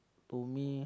to me